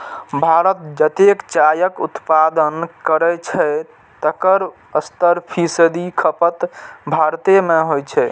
भारत जतेक चायक उत्पादन करै छै, तकर सत्तर फीसदी खपत भारते मे होइ छै